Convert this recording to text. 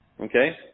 Okay